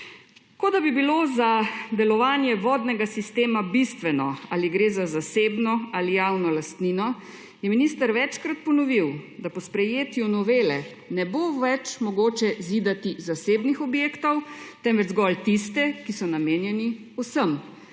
Kot da bi bilo za delovanje vodnega sistema bistveno, ali gre za zasebno ali javno lastnino, je minister večkrat ponovil, da po sprejetju novele ne bo več mogoče zidati zasebnih objektov, temveč zgolj tiste, ki so namenjeni vsem.